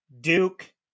Duke